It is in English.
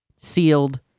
Sealed